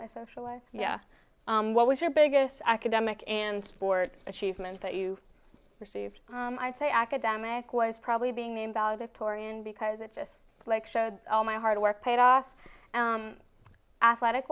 my social life what was your biggest academic and sport achievement that you received i say academic was probably being named valedictorian because it just like showed all my hard work paid off athletic